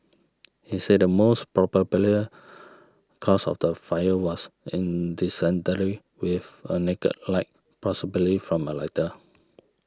he said the most probable cause of the fire was with a naked light possibly from a lighter